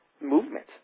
movement